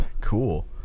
Cool